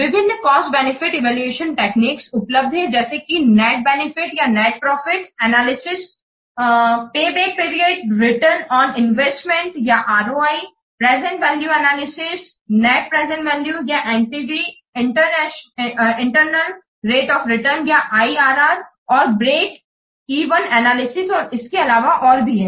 विभिन्न cost benefit evaluation techniques उपलब्ध है जैसे कि नेट बेनिफिट या net profit analysis payback period return on investment या ROI present value analysis net present value या NPV internal rate of return या IRR और ब्रेक इवन एनालिसिस और इसके अलावा और भी है